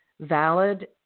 valid